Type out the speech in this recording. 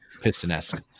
piston-esque